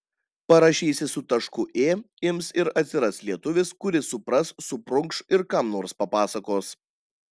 parašysi su tašku ė ims ir atsiras lietuvis kuris supras suprunkš ir kam nors papasakos